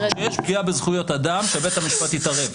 כשיש פגיעה בזכויות אדם, שבית המשפט יתערב.